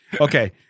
Okay